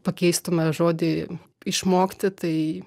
pakeistume žodį išmokti tai